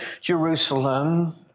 Jerusalem